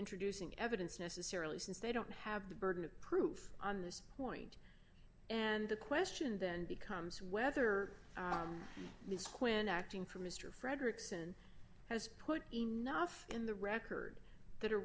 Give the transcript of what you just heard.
introducing evidence necessarily since they don't have the burden of proof on this point and the question then becomes whether the squint acting for mr frederickson has put enough in the record that a